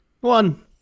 one